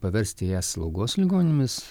paversti jas slaugos ligoninėmis